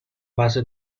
base